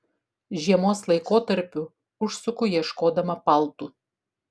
žiemos laikotarpiu užsuku ieškodama paltų